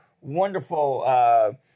wonderful